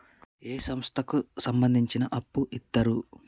ఏ సంస్థలకు సంబంధించి అప్పు ఇత్తరు?